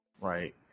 right